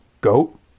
GOAT